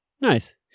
Nice